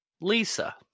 Lisa